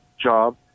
job